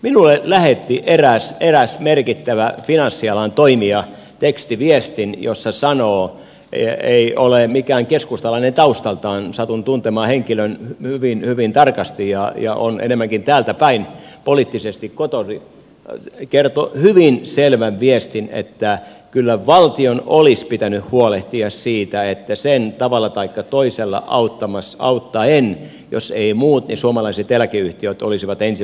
minulle lähetti eräs merkittävä finanssialan toimija tekstiviestin ei ole mikään keskustalainen taustaltaan satun tuntemaan henkilön hyvin hyvin tarkasti ja hän on enemmänkin täältä päin poliittisesti kotoisin jossa hän kertoi hyvin selvän viestin että kyllä valtion olisi pitänyt huolehtia siitä tavalla taikka toisella auttaen että jos eivät muut niin suomalaiset eläkeyhtiöt olisivat ensi vaiheessa tulleet omistajiksi